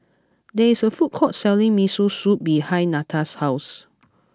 there is a food court selling Miso Soup behind Netta's house